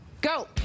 Go